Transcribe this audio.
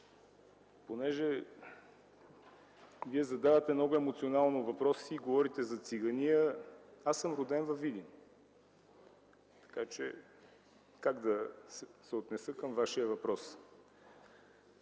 Чуколов, Вие задавате много емоционално въпроса си, говорите за цигания, аз съм роден във Видин. Така че как да се отнеса към Вашия въпрос?